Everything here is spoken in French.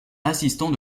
assistant